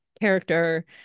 character